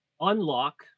Unlock